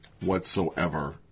whatsoever